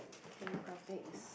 new topic is